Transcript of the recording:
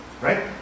Right